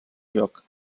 joc